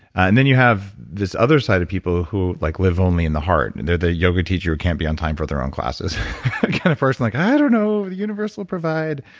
and then you have this other side of people who like live only in the heart. and they're the yoga teacher who can't be on time for their own classes. the kind of person like, i don't know. the universe will provide,